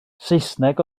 saesneg